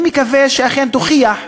אני מקווה שאכן תוכיח.